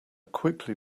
quickly